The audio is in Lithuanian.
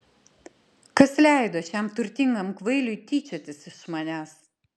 kas leido šiam turtingam kvailiui tyčiotis iš manęs